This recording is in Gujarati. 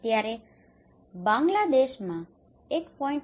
અત્યારે બાંગ્લાદેશમાં 1